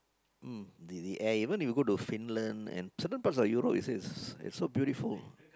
mm the the air even if you go to Finland certain parts of Europe it's it's so beautiful